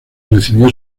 recibió